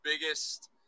biggest